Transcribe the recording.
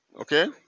Okay